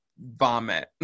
vomit